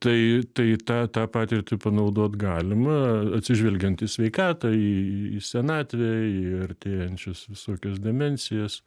tai tai tą tą patirtį panaudot galima atsižvelgiant į sveikatą į į senatvę ir artėjančias visokias dimensijas